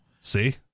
See